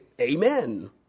amen